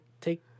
take